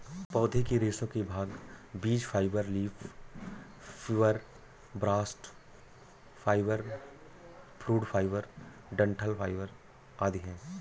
पौधे के रेशे के भाग बीज fibre, leaf fibre, bast fibre, fruit fibre, डंठल फाइबर आदि है